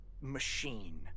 machine